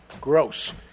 Gross